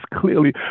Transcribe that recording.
clearly